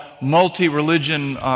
multi-religion